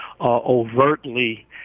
overtly